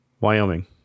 Wyoming